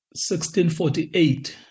1648